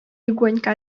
легонько